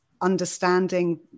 understanding